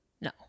No